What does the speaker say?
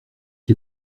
qui